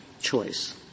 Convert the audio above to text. choice